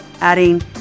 adding